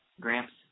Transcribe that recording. Gramps